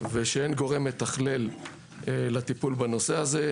ושאין גורם מתכלל לטיפול בנושא הזה,